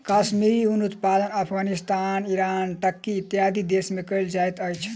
कश्मीरी ऊनक उत्पादन Afghanistan, Iran, Turkey, इत्यादि देश में कयल जाइत अछि